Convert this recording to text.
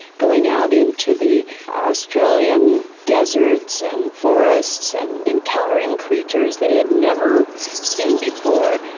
going out into the australian deserts and forests and encountering creatures they had never seen before.